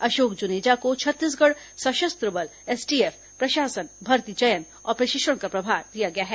अशोक जुनेजा को छत्तीसगढ़ सशस्त्र बल एसटीएफ प्रशासन भर्ती चयन और प्रशिक्षण का प्रभार दिया गया है